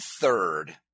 third